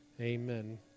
Amen